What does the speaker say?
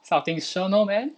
this kind of thing sure know man